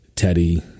Teddy